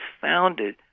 founded